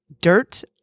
Dirt